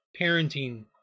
parenting